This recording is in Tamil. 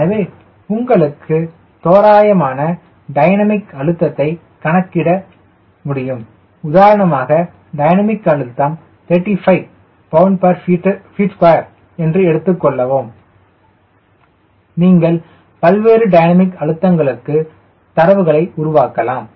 எனவே உங்களுக்கு தோராயமான டைனமிக் அழுத்தத்தை கணக்கிட முடியும் உதாரணமாக டைனமிக் அழுத்தம் 35 lbft2 என்று எடுத்துக்கொள்வோம் நீங்கள் பல்வேறு டைனமிக் அழுத்தங்களுக்கு தரவுகளை உருவாக்கலாம்